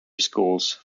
schools